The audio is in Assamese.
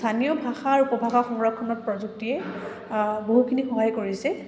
স্থানীয় ভাষা আৰু উপভাষা সংৰক্ষণত প্ৰযুক্তিয়ে বহুখিনি সহায় কৰিছে